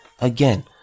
Again